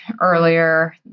earlier